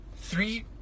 three